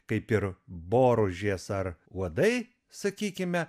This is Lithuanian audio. kaip ir boružės ar uodai sakykime